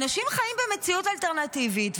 אנשים חיים במציאות אלטרנטיבית,